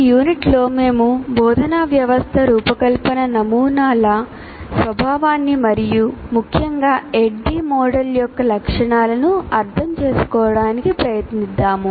ఈ యూనిట్లో మేము బోధనా వ్యవస్థ రూపకల్పన నమూనాల స్వభావాన్ని మరియు ముఖ్యంగా ADDIE మోడల్ యొక్క లక్షణాలను అర్థం చేసుకోవడానికి ప్రయత్నిద్దా ము